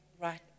right